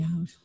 out